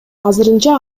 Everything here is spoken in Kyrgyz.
азырынча